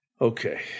Okay